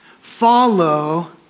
follow